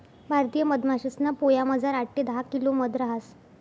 भारतीय मधमाशासना पोयामझार आठ ते दहा किलो मध रहास